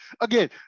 again